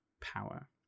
power